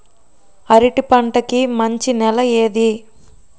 అరటి పంట కి మంచి నెల ఏది?